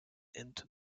into